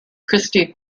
christi